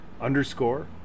underscore